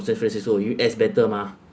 san francisco U_S better mah